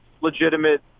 legitimate